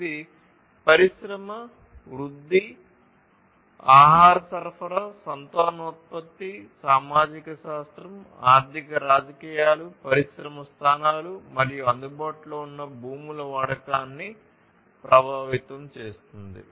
ఇది పరిశ్రమ వృద్ధి ఆహార సరఫరా సంతానోత్పత్తి సామాజిక శాస్త్రం ఆర్థిక రాజకీయాలు పరిశ్రమ స్థానాలు మరియు అందుబాటులో ఉన్న భూముల వాడకాన్ని ప్రభావితం చేస్తుంది